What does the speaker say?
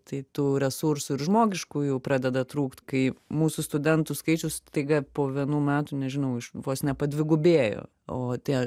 tai tų resursų ir žmogiškųjų pradeda trūkt kai mūsų studentų skaičius staiga po vienų metų nežinau iš vos ne padvigubėjo o tie